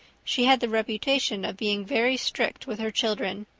she had the reputation of being very strict with her children.